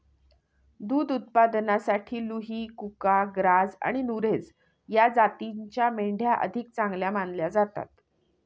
दुध उत्पादनासाठी लुही, कुका, ग्राझ आणि नुरेझ या जातींच्या मेंढ्या अधिक चांगल्या मानल्या जातात